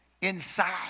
inside